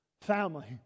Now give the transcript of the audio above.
family